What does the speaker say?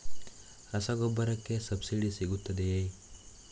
ರಸಗೊಬ್ಬರಕ್ಕೆ ಸಬ್ಸಿಡಿ ಸಿಗುತ್ತದೆಯೇ?